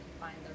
find